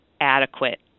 adequate